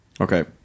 okay